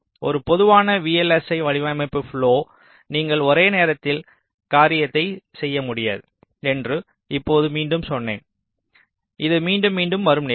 ஒரு பொதுவான VLSI வடிவமைப்பு ப்லொவை நீங்கள் ஒரே நேரத்தில் காரியத்தைச் செய்ய முடியாது என்று இப்போது மீண்டும் சொன்னேன் இது மீண்டும் மீண்டும் வரும் நிலை